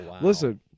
Listen